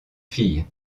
filles